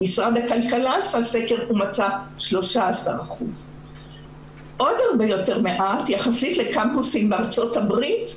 משרד הכלכלה עשה סקר ומצא 13%. זה מעט גם יחסית לקמפוסים בארצות הברית,